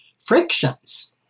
frictions